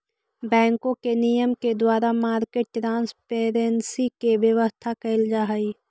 बैंकों के नियम के द्वारा मार्केट ट्रांसपेरेंसी के व्यवस्था कैल जा हइ